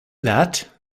that